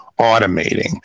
automating